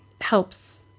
helps